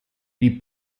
die